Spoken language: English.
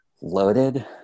loaded